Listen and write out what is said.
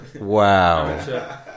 Wow